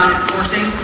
enforcing